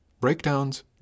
Breakdowns